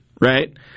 right